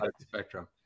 spectrum